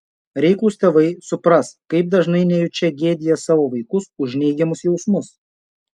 reiklūs tėvai supras kaip dažnai nejučia gėdija savo vaikus už neigiamus jausmus